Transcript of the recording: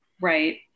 Right